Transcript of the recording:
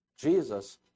Jesus